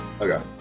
Okay